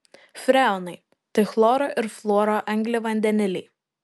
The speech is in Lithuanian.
freonai tai chloro ir fluoro angliavandeniliai